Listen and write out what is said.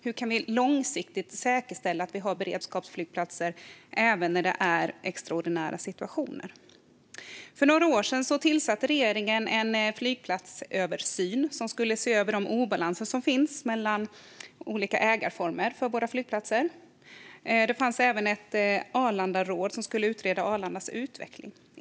Hur kan vi långsiktigt säkerställa att vi har beredskapsflygplatser även när det uppstår extraordinära situationer? För några år sedan tillsatte regeringen en flygplatsöversyn, som skulle se över de obalanser som finns mellan olika ägarformer för våra flygplatser. Det fanns även ett Arlandaråd, som skulle utreda Arlandas utveckling.